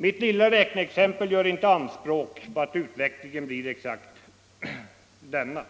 Jag gör inte anspråk på att utvecklingen blir exakt den som anges i mitt lilla räkneexempel.